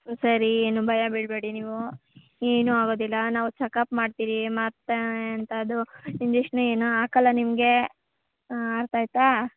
ಸರಿ ಏನು ಭಯ ಬೀಳಬೇಡಿ ನೀವು ಏನು ಆಗೋದಿಲ್ಲ ನಾವು ಚಕಪ್ ಮಾಡ್ತೀವಿ ಮತ್ತು ಎಂಥದು ಇಂಜೆಕ್ಷನ್ಸ್ ಏನು ಹಾಕಲ್ಲ ನಿಮಗೆ ಅರ್ಥ ಆಯಿತಾ